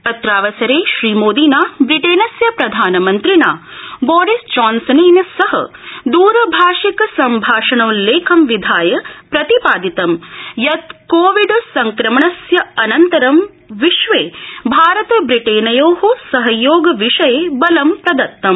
अत्रावसरे श्रीमोदिना ब्रिटेनस्य प्रधानमंत्रिणा बोरिस जॉनसनेन सह द्रभाषिक संभाषणोल्लेखं विधाय प्रतिपादितं यत् कोविड संक्रमणस्य अनन्तरं विश्वे भारत ब्रिटेनयो सहयोग विषये बलं प्रदत्तम्